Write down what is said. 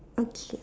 okay